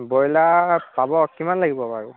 broiler পাব কিমান লাগিব বাৰু